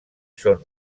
són